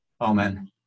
Amen